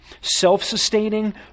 self-sustaining